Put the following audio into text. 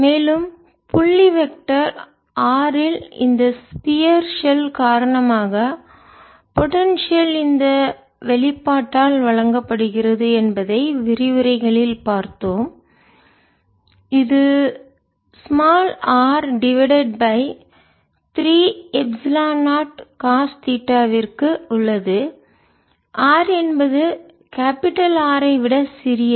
மேலும் புள்ளி vector r இல் இந்த ஸ்பியர் கோளம் ஷெல் காரணமாக போடன்சியல் இந்த வெளிப்பாட்டால் வழங்கப்படுகிறது என்பதை விரிவுரைகளில் பார்த்தோம் இது r divided by 3 epsilon naught cos theta விற்கு உள்ளது r என்பது கேபிடல் R ஐ விட சிறியது